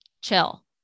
chill